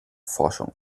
forschung